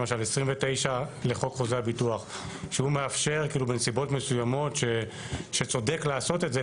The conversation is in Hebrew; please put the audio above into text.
למשל 29 לחוק חוזה הביטוח שהוא מאפשר בנסיבות מסוימת שצודק לעשות את זה,